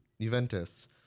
Juventus